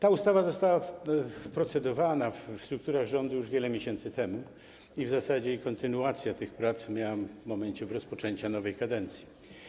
Nad tą ustawą procedowano w strukturach rządu już wiele miesięcy temu i w zasadzie kontynuacja tych prac była w momencie rozpoczęcia nowej kadencji.